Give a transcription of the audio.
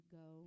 go